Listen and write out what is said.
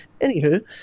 Anywho